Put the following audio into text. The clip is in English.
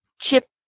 chip